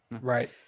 right